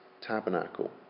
tabernacle